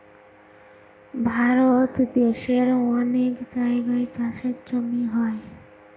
ভারত দেশের অনেক জায়গায় চাষের জমি হয়